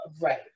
right